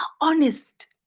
honest